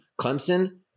Clemson